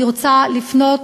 אני רוצה לפנות